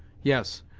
yes,